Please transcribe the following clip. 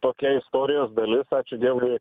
tokia istorijos dalis ačiū dievui